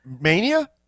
Mania